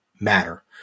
matter